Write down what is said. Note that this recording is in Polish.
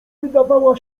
wydawała